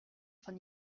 von